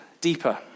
deeper